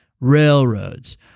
railroads